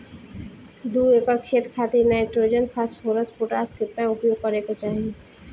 दू एकड़ खेत खातिर नाइट्रोजन फास्फोरस पोटाश केतना उपयोग करे के चाहीं?